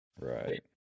Right